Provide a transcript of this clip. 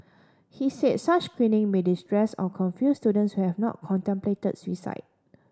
he said such screening may distress or confuse students who have not contemplated suicide